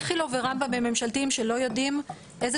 איכילוב ורמב"ם הם ממשלתיים ולא יודעים איזה